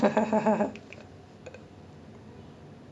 um okay